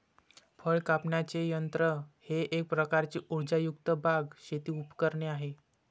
फळ कापण्याचे यंत्र हे एक प्रकारचे उर्जायुक्त बाग, शेती उपकरणे आहे